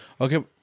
Okay